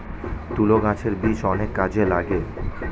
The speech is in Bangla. তুলো গাছের বীজ অনেক কাজে লাগে